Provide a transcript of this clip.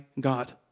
God